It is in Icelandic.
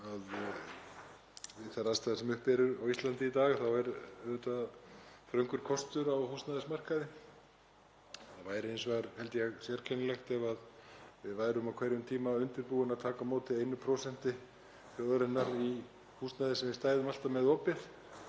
þær aðstæður sem uppi eru á Íslandi í dag er auðvitað þröngur kostur á húsnæðismarkaði. Það væri hins vegar, held ég, sérkennilegt ef við værum á hverjum tíma undirbúin fyrir það að taka á móti 1% þjóðarinnar í húsnæði sem við stæðum alltaf með opið.